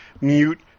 mute